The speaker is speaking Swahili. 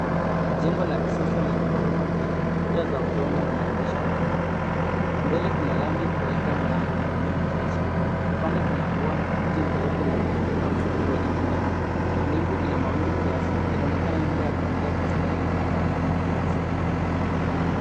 Jengo la kisasa lenye ghorofa mbili lina kuta wa udongo na madirisha mengi. Mbele kuna lami kuelekea mlango na maeneno machache. Upande kuna ua, mti mrefu na ukuta mfupi wenye mimea. Mbingu ina mawingu kiasi. Inaonekana nyumba ya familia katika eneo la makazi